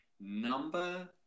number